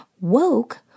Woke